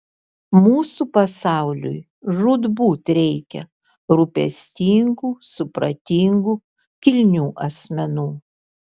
mūsų pasauliui žūtbūt reikia rūpestingų supratingų kilnių asmenų